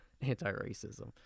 anti-racism